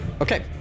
Okay